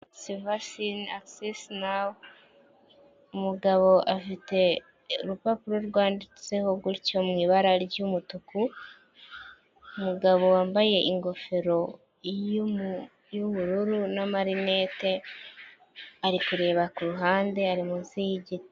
Vasine agisesi nawu, umugabo afite urupapuro rwanditseho gutyo mu ibara ry'umutuku, umugabo wambaye ingofero y'ubururu n'amarinete, ari kureba ku ruhande ari munsi y'igiti.